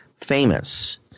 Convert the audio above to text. famous